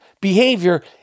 behavior